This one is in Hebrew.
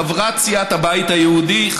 חברת סיעת הבית היהודי,